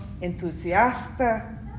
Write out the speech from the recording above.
entusiasta